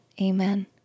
Amen